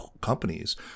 companies